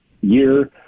year